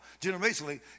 generationally